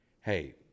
Hey